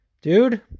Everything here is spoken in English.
dude